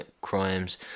crimes